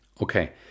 Okay